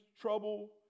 trouble